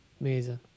Amazing